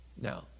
Now